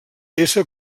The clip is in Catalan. ésser